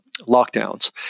lockdowns